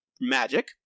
magic